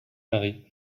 marie